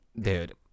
Dude